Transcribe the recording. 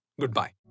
Goodbye